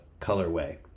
colorway